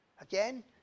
again